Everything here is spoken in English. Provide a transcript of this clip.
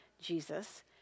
Jesus